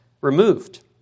removed